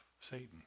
Satan